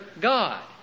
God